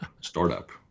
startup